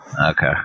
Okay